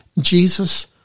Jesus